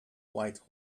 white